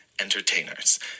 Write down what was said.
entertainers